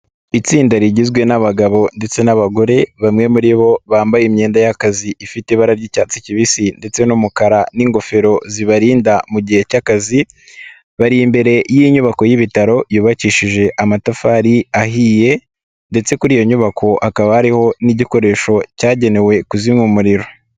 Itsinda rigizwe n'abagabo ndetse n'abagore bamwe muri bo bambaye imyenda y'akazi ifite ibara ry'icyatsi kibisi ndetse n'umukara n'ingofero zibarinda mu gihe cy'akazi, bari imbere y'inyubako y'ibitaro yubakishije amatafari ahiye ndetse kuri iyo nyubako hakaba hariho n'igikoresho cyagenewe kuzimya umuriro.